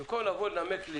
במקום לנמק לי